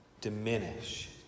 diminish